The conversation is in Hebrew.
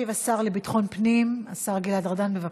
ישיב השר לביטחון הפנים, השר גלעד ארדן, בבקשה.